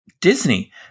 Disney